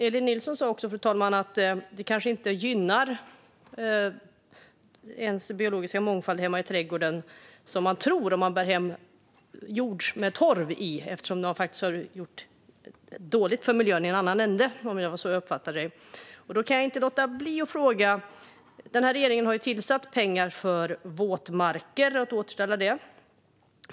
Elin Nilsson sa också, fru talman, att det kanske inte gynnar ens biologiska mångfald hemma i trädgården på det sätt man tror om man bär hem jord med torv i eftersom den har gjort det dåligt för miljön i en annan ände - det var så jag uppfattade henne. Då kan jag inte låta bli att ställa en fråga. Regeringen har tillsatt pengar för att återställa våtmarker.